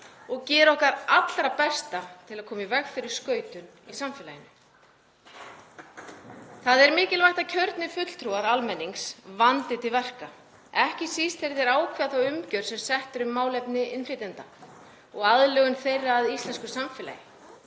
og gera okkar allra besta til að koma í veg fyrir skautun í samfélaginu. Það er mikilvægt að kjörnir fulltrúar almennings vandi til verka, ekki síst þegar þeir ákveða þá umgjörð sem sett er um málefni innflytjenda, aðlögun þeirra að íslensku samfélagi